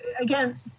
again